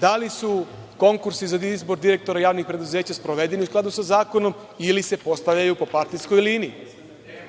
da li su konkursi za izbor direktora javnih preduzeća sprovedeni u skladu sa zakonom, ili se postavljaju po partijskoj